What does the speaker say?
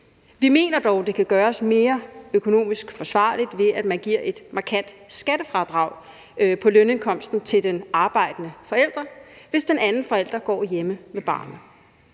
Vi mener dog, det kan gøres mere økonomisk forsvarligt, ved at man giver et markant skattefradrag på lønindkomsten til den arbejdende forælder, hvis den anden forælder går hjemme med barnet.